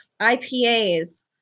IPAs